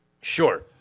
Sure